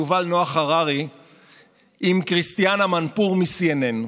יובל נח הררי עם כריסטיאן אמנפור מ-CNN.